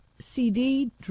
CD